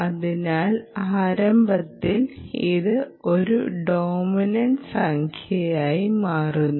അതിനാൽ ആരംഭത്തിൽ ഇത് ഒരു ഡോമിനൻ്റ് സംഖ്യയായി മാറുന്നു